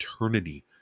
eternity